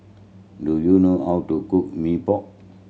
do you know how to cook Mee Pok